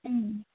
ಹ್ಞೂ